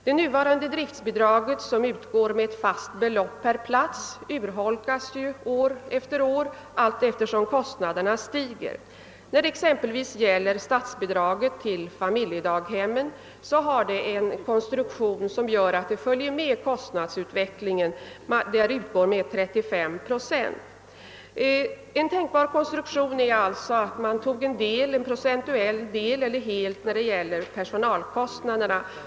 Det nuvarande driftbidraget, som utgår med ett fast belopp per plats, urholkas år efter år allteftersom kostnaderna stiger. Statsbidraget till familjedaghem exempelvis har däremot en konstruktion som gör att det följer med kostnadsutvecklingen — det utgår med 35 procent av kostnaderna. a En tänkbar konstruktion skulle som sagt vara att staten lämnade bidrag med en procentuell del av personalkostraderna eller helt övertog dessa.